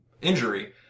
injury